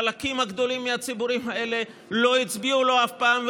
חלקים גדולים מהציבורים האלה לא הצביעו לו אף פעם,